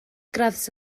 gradd